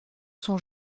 son